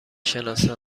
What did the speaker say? شناسم